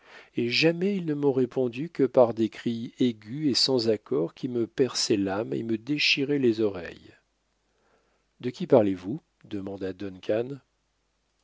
et jamais ils ne m'ont répondu que par des cris aigus et sans accord qui me perçaient l'âme et me déchiraient les oreilles de qui parlez-vous demanda